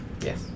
Yes